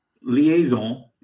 liaison